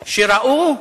שראו,